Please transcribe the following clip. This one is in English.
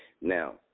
Now